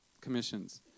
commissions